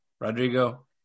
Rodrigo